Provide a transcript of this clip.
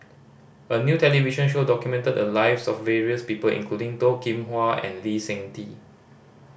a new television show documented the lives of various people including Toh Kim Hwa and Lee Seng Tee